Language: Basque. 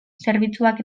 zerbitzuak